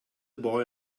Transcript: boy